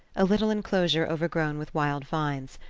a little enclosure overgrown with wild vines,